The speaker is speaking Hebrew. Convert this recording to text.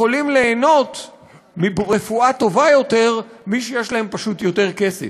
יכולים ליהנות מרפואה טובה יותר מי שיש להם פשוט יותר כסף.